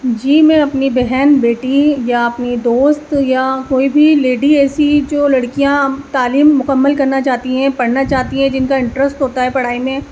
جی میں اپنی بہن بیٹی یا اپنی دوست یا کوئی بھی لیڈی ایسی جو لڑکیاں تعلیم مکمل کرنا چاہتی ہیں پڑھنا چاہتی ہیں جن کا انٹرسٹ ہوتا ہے پڑھائی میں